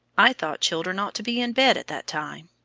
i thought children ought to be in bed at that time.